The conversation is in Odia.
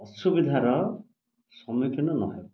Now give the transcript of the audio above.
ଅସୁବିଧାର ସମ୍ମୁଖୀନ ନ ହେଉ